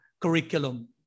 curriculum